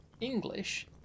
English